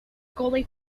gully